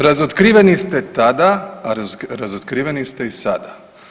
Razotkriveni ste tada, a razotkriveni ste i sada.